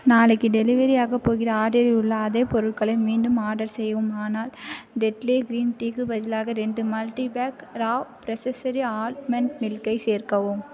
நாளைக்கு டெலிவரியாகப் போகிற ஆர்டரில் உள்ள அதே பொருட்களை மீண்டும் ஆர்டர் செய்யவும் ஆனால் டெட்லே கிரீன் டீக்கு பதிலாக ரெண்டு மல்டிபேக் ரா ப்ரெஸ்ஸரி ஆல்மண்ட் மில்க்கை சேர்க்கவும்